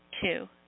Two